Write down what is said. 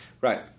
Right